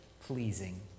pleasing